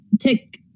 tick